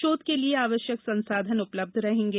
शोध के लिये आवश्यक संसाधन उपलब्ध रहेंगे